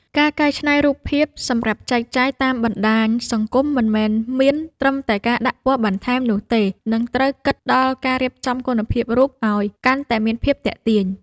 ការកែច្នៃរូបភាពសម្រាប់ចែកចាយតាមបណ្ដាញសង្គមមិនមែនមានត្រឹមតែការដាក់ពណ៌បន្ថែមនោះទេ និង ត្រូវគិតដល់ការរៀបចំគុណភាពរូបឱ្យកាន់តែមានភាពទាក់ទាញ។